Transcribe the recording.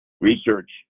research